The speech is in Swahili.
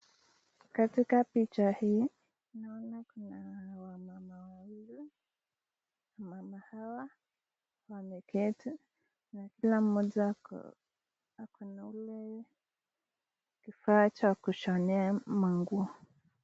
Katika picha naona kuna wamama wawili wamama hawa wameketi na kila mmoja ako na ule kifaa cha kushonea manguo.